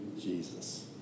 Jesus